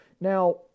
Now